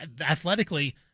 athletically